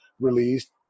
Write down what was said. released